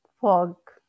fog